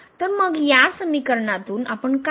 तर मग या समीकरणातून आपण काय पाहतो